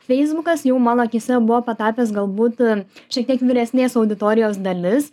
feisbukas jau mano akyse buvo patapęs galbūt šiek tiek vyresnės auditorijos dalis